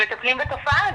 מטפלים בתופעה הזאת,